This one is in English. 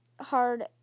hard